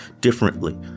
differently